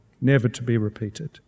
never-to-be-repeated